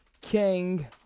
King